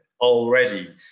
already